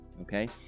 Okay